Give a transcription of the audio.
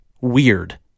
Weird